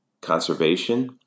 conservation